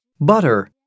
Butter